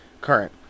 current